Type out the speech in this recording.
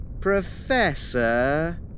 Professor